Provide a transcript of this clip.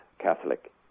Catholic